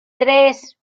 tres